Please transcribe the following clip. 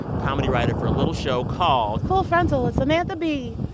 comedy writer for a little show called. full frontal with samantha bee.